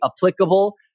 applicable